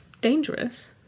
dangerous